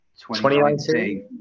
2019